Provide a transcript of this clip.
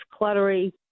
cluttery